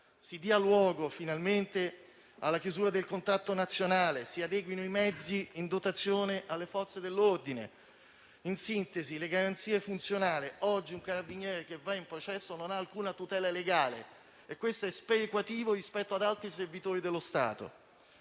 Si dia luogo finalmente alla chiusura del contratto nazionale e si adeguino i mezzi in dotazione alle Forze dell'ordine. In sintesi, si diano le garanzie funzionali: oggi un carabiniere che va a processo non ha alcuna tutela legale e questo è sperequativo rispetto a ciò che accade ad altri servitori dello Stato.